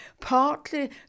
partly